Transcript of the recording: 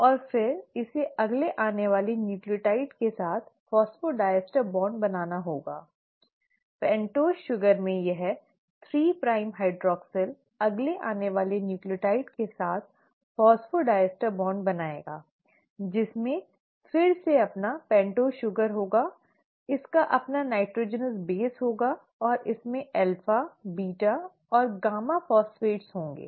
और फिर इसे अगले आने वाले न्यूक्लियोटाइड के साथ फॉस्फोडाइस्टर बॉन्ड बनाना होगा पेंटोस शुगर में यह 3 प्राइम हाइड्रॉक्सिल अगले आने वाले न्यूक्लियोटाइड के साथ फॉस्फोडाइस्टर बॉन्ड बनाएगा जिसमें फिर से अपना पेंटोज शुगर होगा इसका अपना नाइट्रोजनस बेस होगा और इसमें अल्फा बीटा और गामा फॉस्फेट होंगे